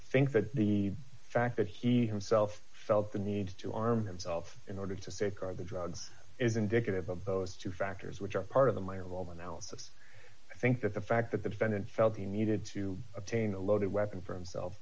think that need fact that he himself felt the need to arm himself in order to safeguard the drugs is indicative of those two factors which are part of the my overall analysis i think that the fact that the defendant felt he needed to obtain a loaded weapon for himself